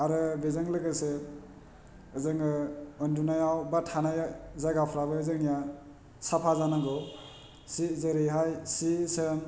आरो बेजों लोगोसे जोङो उन्दुनायाव बा थानाय जायगाफ्राबो जोंनिया साफा जानांगौ सि जेरैहाय सि जोम